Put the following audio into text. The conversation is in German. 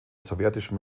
sowjetischen